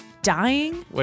Dying